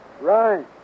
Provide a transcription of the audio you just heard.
Right